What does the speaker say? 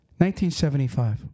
1975